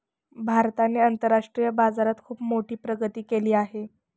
भारताने आंतरराष्ट्रीय बाजारात खुप मोठी प्रगती केली आहे